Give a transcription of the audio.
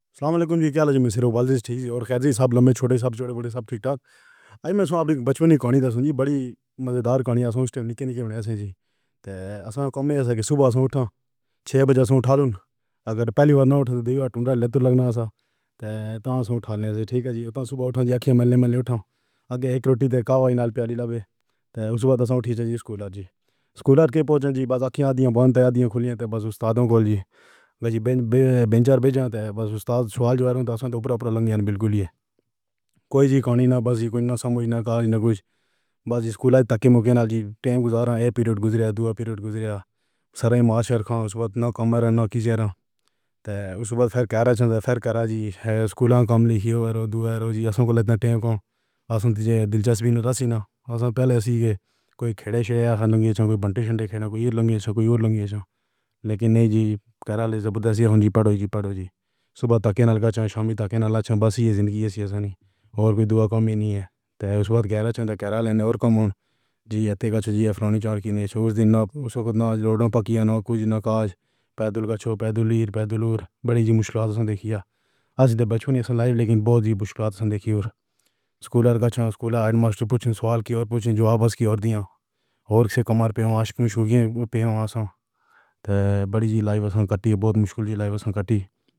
السلام علیکم جی، کیا حال ہے؟ میں سروال سے ہاں اور کہہ دے سب لمبے چھوٹے سب چوڑے پھوڑے سب ٹھیک ٹھاک۔ آج میں اپنی بچپن کی کہانی بڑی مزیدار کہانی کے نال نکل گئی ہاں۔ ایسے ہی تو ہمیشہ دی صبح اٹھا۔ چھ بجے تو اٹھا لو۔ اگر پہلی واری نہ اٹھا تو ڈیرے ہوندی اے۔ ریل لگنا سا تو اتارنے توں ٹھیک ہے جی۔ صبح اٹھیا دی انکھیاں ملّے ملّے اٹھاں۔ اگے اک روٹی تو کالی نال پیالی لاوے۔ اوس وخت ٹھیک ہے جی سکول۔ سکول دے پہنچن جی بس انکھیاں بند۔ یاداں کھولیاں سی، بس استاداں نوں لی گئی بینچ بینچ تے بیٹھا۔ بس استاد سوال کریں تو اوپر توں لگ گیا۔ بالکل ایہ کوئی کون نی بانہہ دی کوئی نہ سمجھ نہ کاج نہ کجھ۔ بس سکول تک دی مقام جی ٹائم گزاریا۔ ایہ پیریڈ گزرا دعا۔ پیریڈ گزرا سر۔ ماسٹر نوں اوس وخت نہ کمر نہ کسے ہور۔ تو اوس نوں فیر کہہ ریا سی۔ فیر کہا جی سکول کم لکھیو جی۔ ایسا کوئی ٹائم دی آسانی سی دلچسپی۔ راسی نہ پہلے تو کوئی کھیلے شیرے توں کوئی بنٹی کھیلا، کوئی لگی ہو، کوئی ہور لگی ہو۔ لیکن ایہ جی کہہ ریا سی جی پڑھو جی پڑھو جی صبح توں نل دا چھان شام توں نالہ بسی زندگی دی ایسی ہور کوئی دعا کم نی ہے تو اوس نوں گھر دے آ رۓ تے کم ہون جی آؤن دا فیصلہ نکالنے اوس دن نہ اوس وخت نہ ضرور نہ پکیا نہ کجھ نہ کاج۔ پیدل پیدل ہی، پیدل ہور بڑیاں مشکلاں ہنسیاں نیں۔ آج بچڑے دی لائف لیکن بہت ای مشکلاں ڈکھیاں۔ سکول دا سکول ہیڈماسٹر پچھنے سوال کیتا تے پچھے جواب کیتا دتا۔ ہور توں کمر تے ماشہ ہگی ہو گئے۔ پییا شام بڑی لائف کٹی بہت مشکل لائف کٹی۔